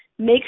Make